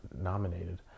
nominated